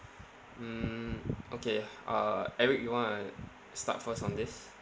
mm okay uh eric you want to start first on this